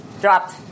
dropped